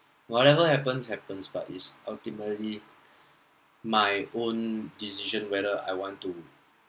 whatever happens happens but is ultimately my own decision whether I want to